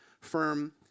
Firm